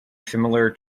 similar